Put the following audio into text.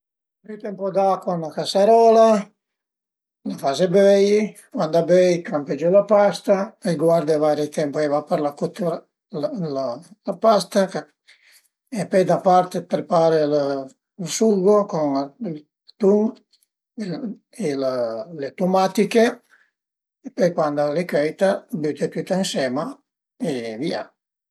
Büte ën po d'acua ën üna casarola, la faze böi, cuand a böi campe giü la pasta, ti guarde vaire temp ai va për la cotüra d'la pasta e pöi da part ti prepare lë ël sugo cun ël tun e le tumatiche, pöi cuand al e cöita büte tüt ënsema e vìa